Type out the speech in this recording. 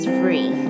free